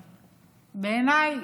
בעיניי,